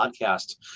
podcast